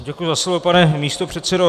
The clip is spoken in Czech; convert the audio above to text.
Děkuji za slovo, pane místopředsedo.